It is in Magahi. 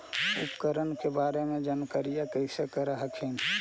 उपकरण के बारे जानकारीया कैसे कर हखिन?